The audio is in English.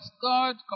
God